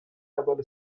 اول